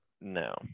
No